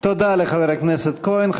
תודה לחבר הכנסת כהן.